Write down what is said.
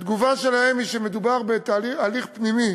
התגובה שלהם היא, שמדובר בהליך פנימי